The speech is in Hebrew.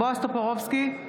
טופורובסקי,